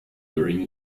during